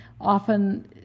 often